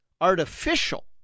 artificial